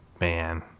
Man